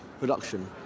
production